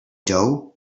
dough